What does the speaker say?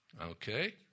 Okay